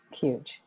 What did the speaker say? huge